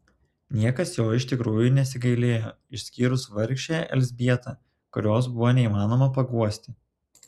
niekas jo iš tikrųjų nesigailėjo išskyrus vargšę elzbietą kurios buvo neįmanoma paguosti